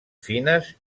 fines